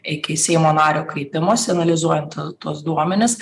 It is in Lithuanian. iki seimo nario kreipimosi analizuojant tuos duomenis